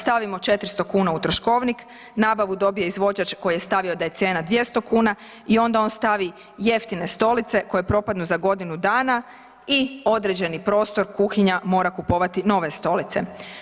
Stavimo 400 kuna u troškovnik, nabavu dobije izvođač koji je stavio da je cijena 200 kuna i onda on stavi jeftine stolice koje propadnu za godinu dana i određeni prostor kuhinja mora kupovati nove stolice.